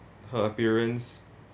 her appearance